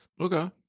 okay